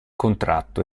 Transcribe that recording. contratto